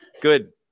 Good